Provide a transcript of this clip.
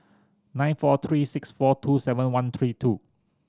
nine four three six four two seven one three two